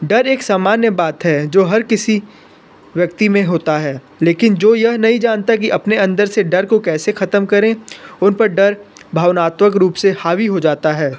डर एक सामान्य बात है जो हर किसी व्यक्ति में होता है लेकिन जो यह नहीं जानता कि अपने अंदर से डर को कैसे ख़त्म करें उन पर डर भावनात्वक रूप से हावी हो जाता है